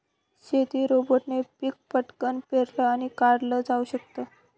शेती रोबोटने पिक पटकन पेरलं आणि काढल जाऊ शकत